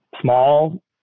small